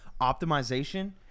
optimization